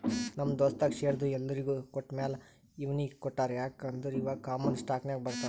ನಮ್ ದೋಸ್ತಗ್ ಶೇರ್ದು ಎಲ್ಲೊರಿಗ್ ಕೊಟ್ಟಮ್ಯಾಲ ಇವ್ನಿಗ್ ಕೊಟ್ಟಾರ್ ಯಾಕ್ ಅಂದುರ್ ಇವಾ ಕಾಮನ್ ಸ್ಟಾಕ್ನಾಗ್ ಬರ್ತಾನ್